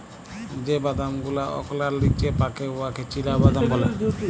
যে বাদাম গুলা ওকলার লিচে পাকে উয়াকে চিলাবাদাম ব্যলে